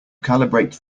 calibrate